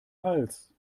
hals